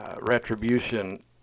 retribution